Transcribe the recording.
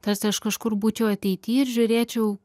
tarsi aš kažkur būčiau ateity ir žiūrėčiau